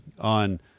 on